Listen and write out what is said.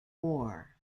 war